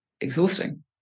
exhausting